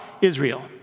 Israel